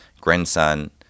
grandson